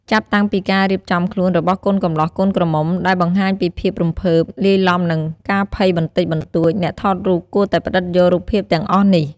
ចាប់តាំងពីការរៀបចំខ្លួនរបស់កូនកំលោះកូនក្រមុំ ដែលបង្ហាញពីភាពរំភើប លាយឡំនឹងការភ័យបន្តិចបន្តួច អ្នកថតរូបគួរតែផ្តិតយករូបភាពទាំងអស់នេះ។